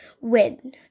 win